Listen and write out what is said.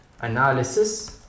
Analysis